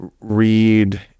read